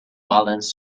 valence